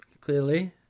clearly